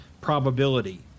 probability